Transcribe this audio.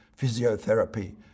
physiotherapy